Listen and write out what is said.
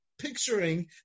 picturing